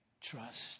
trust